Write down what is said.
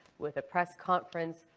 with a press conference,